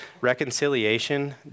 reconciliation